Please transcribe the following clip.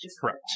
Correct